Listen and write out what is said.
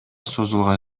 созулган